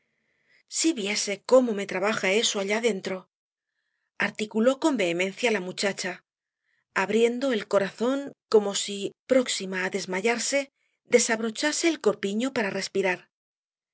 si viese cómo me trabaja eso allá dentro articuló con vehemencia la muchacha abriendo el corazón como si próxima á desmayarse desabrochase el corpiño para respirar